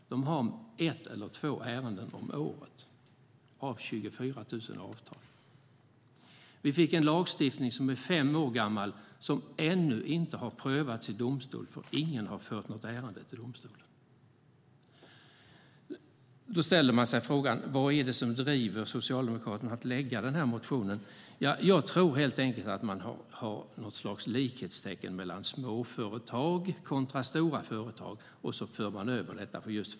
De har ett eller två ärenden om året. Det är alltså ett eller två av 24 000 avtal. Det finns en lagstiftning som är fem år gammal som ännu inte har prövats i domstol, för ingen har fört något ärende till domstol. Då ställer man sig frågan: Vad är det som driver Socialdemokraterna att lägga fram den här motionen? Jag tror helt enkelt att man ser på franchising på samma sätt som på relationen mellan småföretag och stora företag.